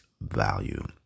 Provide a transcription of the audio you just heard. value